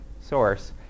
source